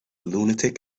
lunatic